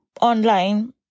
online